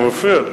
אתה מפריע לי.